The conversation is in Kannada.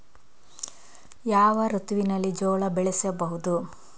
ಯಾವ ಋತುವಿನಲ್ಲಿ ಜೋಳ ಬೆಳೆಸಬಹುದು?